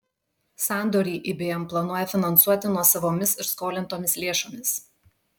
sandorį ibm planuoja finansuoti nuosavomis ir skolintomis lėšomis